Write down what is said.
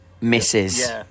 misses